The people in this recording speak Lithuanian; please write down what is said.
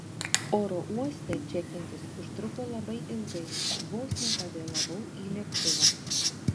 oro uoste čekintis užtruko labai ilgai vos nepavėlavau į lėktuvą